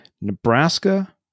Nebraska